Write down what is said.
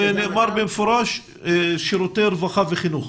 ונאמר במפורש 'שירותי רווחה וחינוך'.